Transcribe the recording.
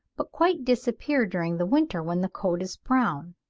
but quite disappear during the winter when the coat is brown.